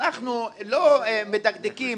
אנחנו לא מדקדקים